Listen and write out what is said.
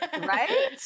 Right